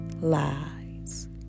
lies